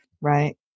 right